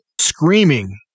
screaming